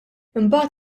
imbagħad